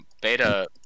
beta